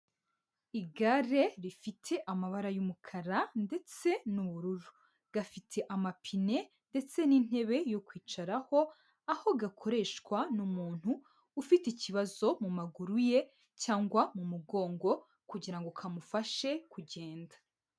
Igare rifite amabara y'umukara ndetse n'ubururu, gafite amapine ndetse n'intebe yo kwicaraho, aho gakoreshwa n'umuntu ufite ikibazo mu maguru ye cyangwa mu mugongo kugira ngo kamufashe kugenda.